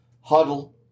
huddle